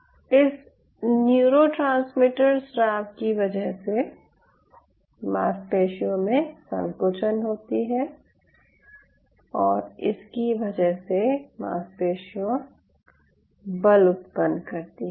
इस न्यूरोट्रांसमीटर स्राव की वजह से मांसपेशियों में संकुचन होती है और इसकी वजह से मांसपेशियों बल उत्पन्न करती है